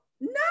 No